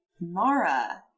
Mara